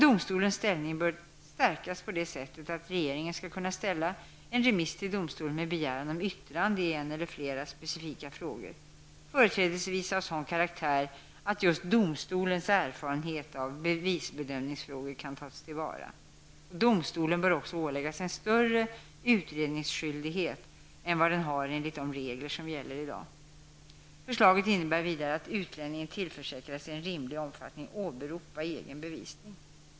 Domstolens ställning bör dock stärkas så till vida att regeringen skall kunna ställa en remiss till domstolen med begäran om yttrande i en eller flera specifika frågor, företrädesvis av sådan karaktär att just domstolens erfarenhet av bevisbedömningsfrågor kan tas till vara. Domstolen bör också åläggas en större utredningsskyldighet än vad den har enligt de regler som gäller i dag. Förslaget innebär vidare att utlänningen tillförsäkras rätten att i rimlig omfattning åberopa egen bevisning.